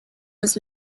was